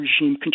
regime